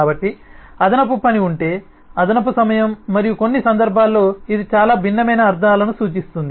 కాబట్టి అదనపు పని అంటే అదనపు సమయం మరియు కొన్ని సందర్భాల్లో ఇది చాలా భిన్నమైన అర్థాలను సూచిస్తుంది